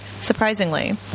surprisingly